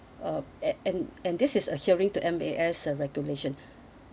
uh and and and this is adhering to M_A_S regulation